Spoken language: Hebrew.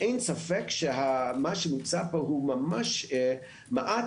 אין ספק שמה שמוצע פה הוא ממש מועט